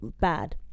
bad